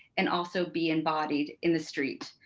and also be embodied in the street.